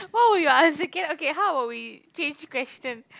what will your answer can okay how about we change question